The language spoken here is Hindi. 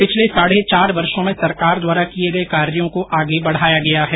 पिछले साढ़े चार वर्षो में सरकार द्वारा किए गए कार्यों को आगे बढ़ाया गया है